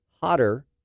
hotter